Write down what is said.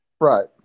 Right